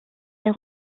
der